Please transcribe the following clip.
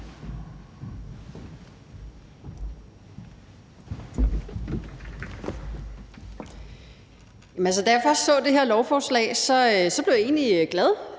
Da jeg først så det her lovforslag, blev jeg egentlig glad,